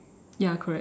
ya correct